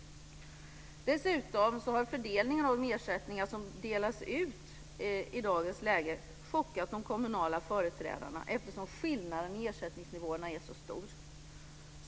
Dessutom har fördelningen av de ersättningar som delats ut i dagens läge chockat de kommunala företrädarna eftersom skillnaden i ersättningsnivåerna är så stor.